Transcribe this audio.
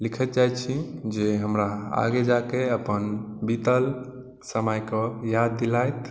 लिखैत जाइ छी जे हमरा आगे जाके अपन बितल समयके याद दिलाइत